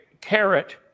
carrot